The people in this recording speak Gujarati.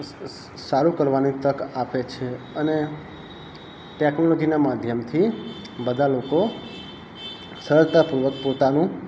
સારું કરવાની તક આપે છે અને ટેકનોલોજીના માધ્યમથી બધાં લોકો સરળતાપૂર્વક પોતાનું